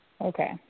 Okay